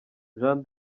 jeanne